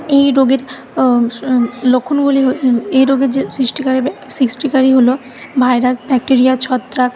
এই রোগের লক্ষণগুলি এই রোগের যে সৃষ্টিকারী সৃষ্টিকারী হল ভাইরাস ব্যাকটেরিয়া ছত্রাক